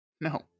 No